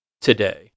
today